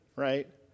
right